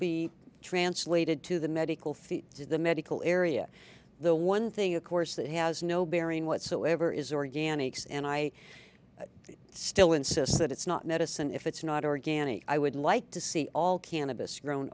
be translated to the medical field to the medical area the one thing of course that has no bearing whatsoever is organics and i still insist that it's not medicine if it's not organic i would like to see all cannabis grown